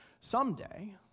someday